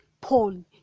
Paul